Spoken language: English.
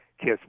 Kiss